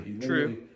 true